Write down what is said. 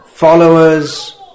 Followers